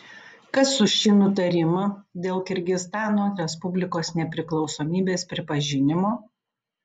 kas už šį nutarimą dėl kirgizstano respublikos nepriklausomybės pripažinimo